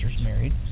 married